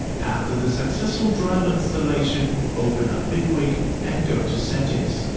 after the successful driver installation open up bitwig and go to, settings.